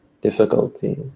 difficulty